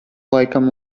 laikam